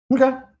Okay